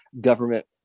government